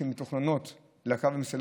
ומסופים שאנשים רוצים או רשויות רוצות